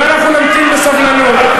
אבל אנחנו נמתין בסבלנות.